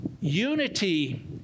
Unity